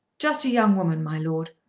just a young woman, my lord.